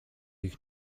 ich